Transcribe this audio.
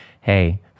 hey